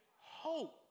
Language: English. hope